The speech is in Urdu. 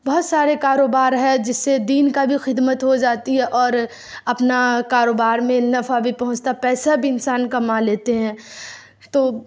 بہت سارے کاروبار ہے جو دین کا بھی خدمت ہو جاتی ہے اور اپنا کاروبار میں نفع بھی پہنچتا پیسہ بھی انسان کما لیتے ہیں تو